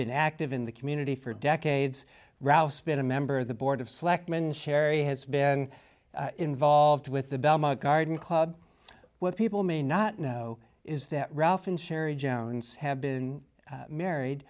been active in the community for decades roust been a member of the board of selectmen sherry has been involved with the belmont garden club where people may not know is that ralph and sherry jones have been married